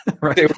right